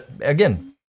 again